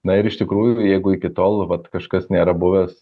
na ir iš tikrųjų jeigu iki tol vat kažkas nėra buvęs